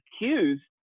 accused